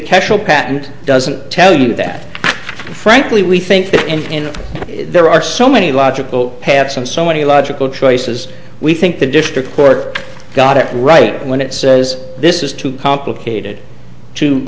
casual patent doesn't tell you that frankly we think that in there are so many logical have some so many logical choices we think the district court got it right when it says this is too complicated to